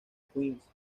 queens